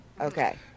Okay